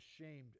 ashamed